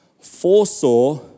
foresaw